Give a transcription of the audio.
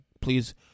please